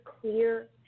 clear